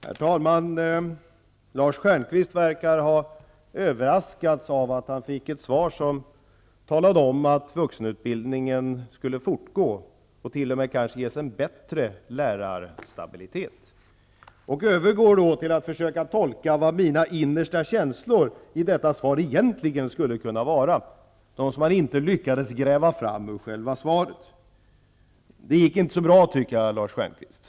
Herr talman! Lars Stjernkvist verkar ha överraskats av det svar han har fått, där det sägs att vuxenutbildningen skall fortgå och att denna kanske t.o.m. skall få en bättre lärarstabilitet. Han övergår sedan till att försöka tolka vad som egentligen är mina innersta känslor, vilka han inte lyckats gräva fram ur själva svaret. Jag tycker inte att det gick så bra, Lars Stjernkvist!